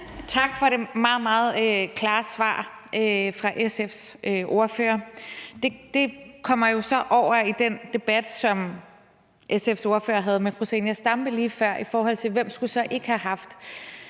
Tak for det meget, meget klare svar fra SF's ordfører. Det kommer jo så over i den debat, som SF's ordfører havde med fru Zenia Stampe lige før, i forhold til hvem der så ikke skulle have